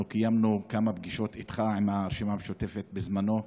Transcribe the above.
אנחנו קיימנו כמה פגישות איתך עם הרשימה המשותפת בזמנו,